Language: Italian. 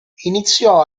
iniziò